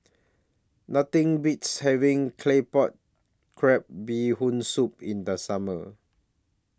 Nothing Beats having Claypot Crab Bee Hoon Soup in The Summer